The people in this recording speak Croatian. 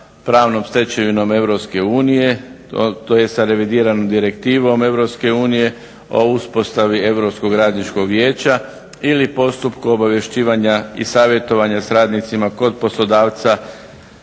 pravnom stečevinom EU, tj. sa revidiranom direktivom EU o uspostavi europskog radničkog vijeća ili postupku obavješćivanja i savjetovanja sa radnicima kod poslodavca